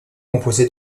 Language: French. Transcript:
composé